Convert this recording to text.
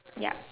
yup